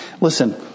Listen